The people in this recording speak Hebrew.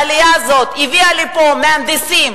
העלייה הזאת הביאה לפה מהנדסים,